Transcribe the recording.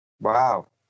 wow